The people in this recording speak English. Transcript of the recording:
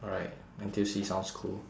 alright N_T_U_C sounds cool